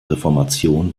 reformation